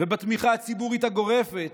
ובתמיכה הציבורית הגורפת